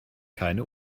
keine